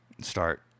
start